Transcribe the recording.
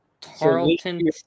Tarleton